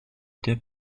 der